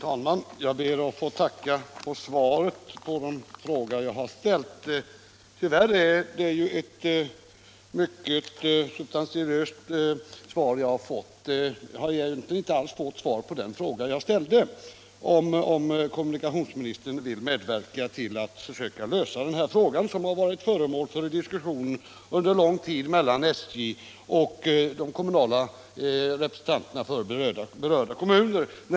Herr talman! Jag ber att få tacka för svaret på min fråga. Tyvärr är det ett substanslöst svar jag har fått. Jag har egentligen inte alls fått svar på den fråga jag ställt, nämligen om kommunikationsmi nistern vill medverka till att lösa frågan om trafiken mellan Alingsås Nr 33 och Göteborg, som under lång tid varit föremål för diskussion mellan SJ och representanter för berörda kommuner.